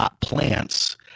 plants